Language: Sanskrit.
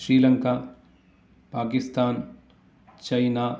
श्रीलङ्का पाकिस्तान् चैना